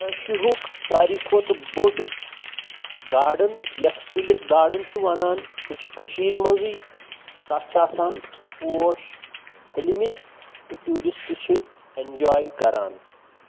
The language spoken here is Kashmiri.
عٲشیِہُک ساروی کھۄتہٕ بوٚڑ گاڈَن یَتھ ٹیوٗلِپ گاڈَن چھُ وَنان سُہ چھِ کٔشیٖرِ منٛزٕے تَتھ چھِ آسان پوش پھٔلۍمٕتۍ تہٕ ٹیوٗرِسٹہٕ چھِ اٮ۪نجاے کَران